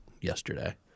yesterday